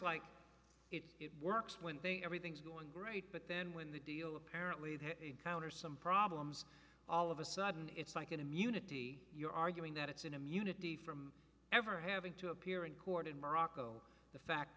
like it works when think everything's going great but then when the deal apparently counters some problems all of a sudden it's like an immunity you're arguing that it's an immunity from ever having to appear in court in morocco the fact